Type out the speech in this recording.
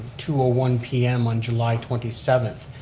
two ah one p m. on july twenty seventh,